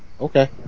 Okay